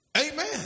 Amen